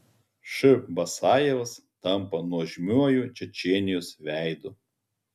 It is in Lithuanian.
š basajevas tampa nuožmiuoju čečėnijos veidu